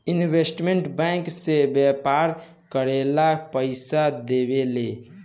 investment bank से व्यापार करेला पइसा देवेले